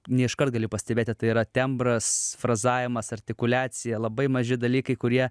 ne iškart gali pastebėti tai yra tembras frazavimas artikuliacija labai maži dalykai kurie